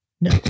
No